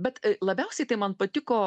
bet labiausiai tai man patiko